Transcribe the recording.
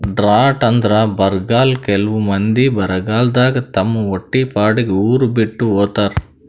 drought ಅಂದ್ರ ಬರ್ಗಾಲ್ ಕೆಲವ್ ಮಂದಿ ಬರಗಾಲದಾಗ್ ತಮ್ ಹೊಟ್ಟಿಪಾಡಿಗ್ ಉರ್ ಬಿಟ್ಟ್ ಹೋತಾರ್